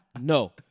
No